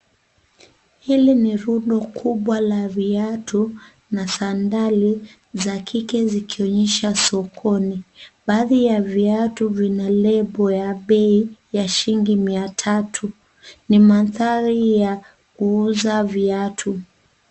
Hili ni rundo kubwa la viatu na sandali za kike zikionyeshwa sokoni baadhi ya viatu vina label ya bei ya shilingi mia tatu ni mandhari ya kuuza viatu.